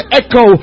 echo